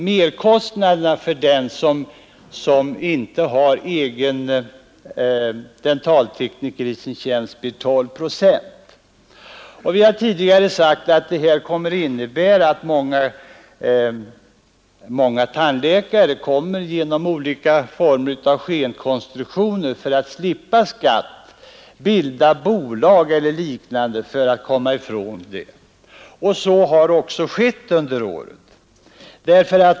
Merkostnaden för tandläkare som inte har egen dentaltekniker i sin tjänst blir alltså ca 12 procent. Vi har tidigare framhållit att detta innebär att många tandläkare för att slippa skatt kommer att tillgripa olika former av skenkonstruktioner, t.ex. bolagsbildningar, och så har skett under året.